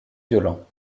violents